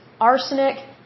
arsenic